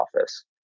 office